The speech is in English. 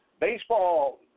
baseball